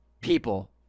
people